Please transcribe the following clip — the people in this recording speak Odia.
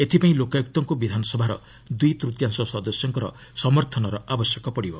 ଏଥିପାଇଁ ଲୋକାୟୁକ୍ତଙ୍କୁ ବିଧାନସଭାର ଦୁଇ ତୃତୀୟାଂଶ ସଦସ୍ୟଙ୍କର ସମର୍ଥନର ଆବଶ୍ୟକ ପଡ଼ିବ